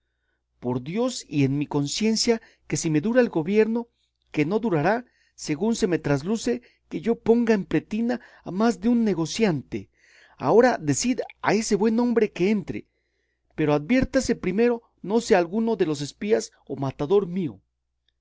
por dios y en mi conciencia que si me dura el gobierno que no durará según se me trasluce que yo ponga en pretina a más de un negociante agora decid a ese buen hombre que entre pero adviértase primero no sea alguno de los espías o matador mío